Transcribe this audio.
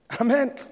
Amen